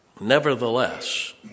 Nevertheless